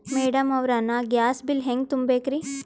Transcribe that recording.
Madam ಅವ್ರ, ನಾ gas bill ಹೆಂಗ ತುಂಬಾ ಬೇಕ್ರಿ?